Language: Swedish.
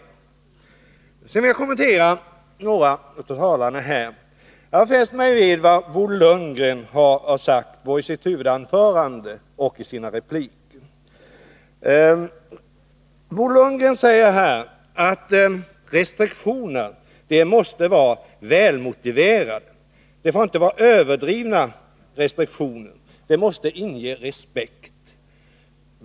Jag vill sedan kommentera vad några av talarna sagt. Jag har fäst mig vid vad Bo Lundgren sade, både i sitt huvudanförande och i sina repliker. Bo Lundgren sade att restriktioner måste vara välmotiverade. De får inte vara överdrivna, och de måste inge respekt.